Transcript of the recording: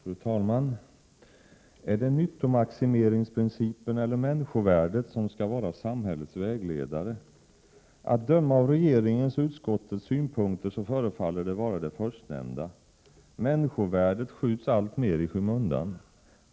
Fru talman! Är det nyttomaximeringsprincipen eller människovärdet som skall vara samhällets vägledare? Att döma av regeringens och utskottets synpunkter förefaller det vara det förstnämnda. Människovärdet skjuts alltmer i skymundan.